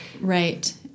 Right